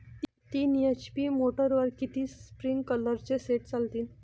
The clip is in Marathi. तीन एच.पी मोटरवर किती स्प्रिंकलरचे सेट चालतीन?